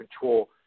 control